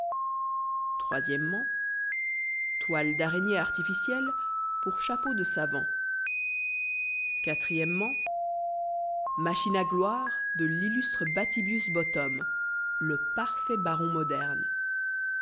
toiles d'araignée artificielles pour chapeaux de sa machine à gloire de l'illustre bathybius bottom le parfait baron moderne